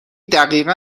دقیقا